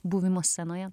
buvimas scenoje